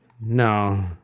No